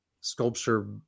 sculpture